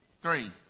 three